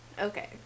Okay